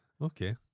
okay